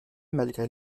malgré